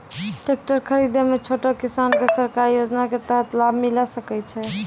Tractor खरीदै मे छोटो किसान के सरकारी योजना के तहत लाभ मिलै सकै छै?